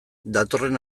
datorren